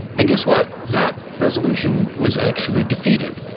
and guess what, that resolution was actually defeated,